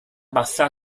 bassa